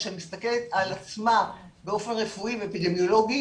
שמסתכלת על עצמה באופן רפואי ואפידמיולוגי.